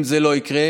אם זה לא יקרה,